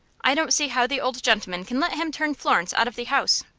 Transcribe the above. i don't see how the old gentleman can let him turn florence out of the house.